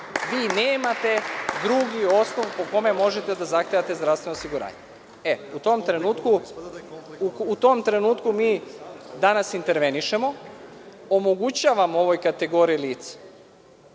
Vi nemate drugi osnov po kome možete da zahtevate zdravstveno osiguranje.U tom trenutku mi danas intervenišemo. Omogućavamo ovoj kategoriji lica